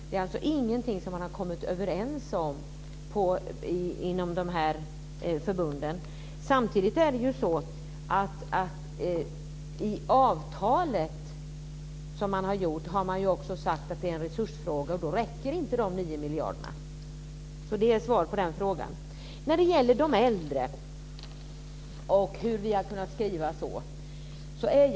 Det är alltså ingenting som man har kommit överens om med de här förbunden. Samtidigt är det ju så att man i avtalet som man har skrivit har sagt det är en resursfråga. Då räcker inte dessa nio miljarder kronor. Det är svar på den frågan. Sedan gäller det de äldre och frågan om hur vi har kunnat skriva som vi har gjort.